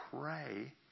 pray